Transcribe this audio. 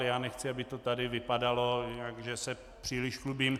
Já nechci, aby to tady vypadalo, že se příliš chlubím.